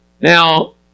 Now